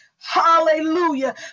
hallelujah